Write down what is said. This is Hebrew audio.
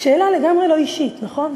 שאלה לגמרי לא אישית, נכון?